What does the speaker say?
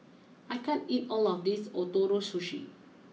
I can't eat all of this Ootoro Sushi